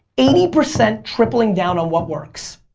eighty percent tripling down on what works.